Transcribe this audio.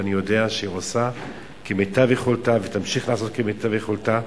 ואני יודע שהיא עושה כמיטב יכולתה ותמשיך לעשות כמיטב יכולתה,